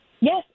Yes